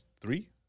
three